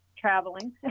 Traveling